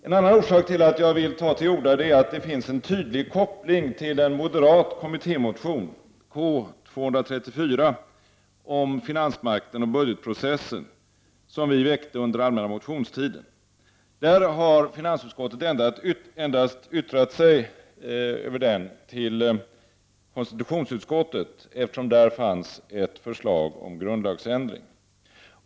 En annan orsak till att jag vill ta till orda är att det finns en tydlig koppling till en moderat kommittémotion, K234, om finansmakten och budgetprocessen, som vi väckte under allmänna motionstiden. Finansutskottet har yttrat sig endast till konstitutionsutskottet, eftersom där fanns ett förslag till grundlagsändring.